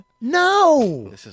No